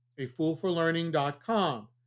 afoolforlearning.com